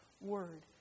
word